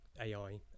AI